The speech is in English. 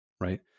right